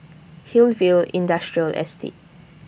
Hillview Industrial Estate